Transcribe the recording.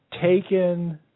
taken